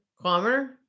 Kilometer